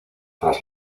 tras